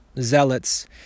zealots